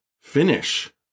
finish